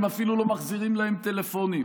הם אפילו לא מחזירים להם טלפונים.